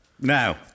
Now